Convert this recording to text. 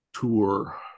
tour